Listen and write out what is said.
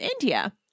India